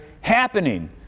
happening